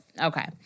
Okay